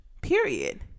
Period